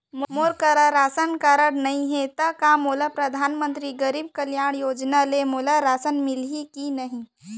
मोर करा राशन कारड नहीं है त का मोल परधानमंतरी गरीब कल्याण योजना ल मोला राशन मिलही कि नहीं?